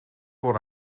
voor